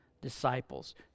disciples